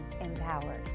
empowered